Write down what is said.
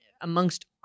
amongst